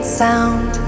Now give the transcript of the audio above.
sound